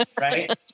right